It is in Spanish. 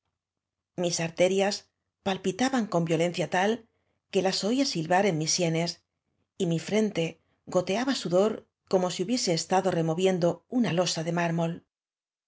mis arterias palpi taban con violencia tal que las oía silbar en mis sienes y m i frente goteaba sudor como sí hubiese estado removiendo una losa de mármol